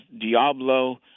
Diablo